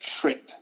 trip